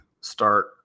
start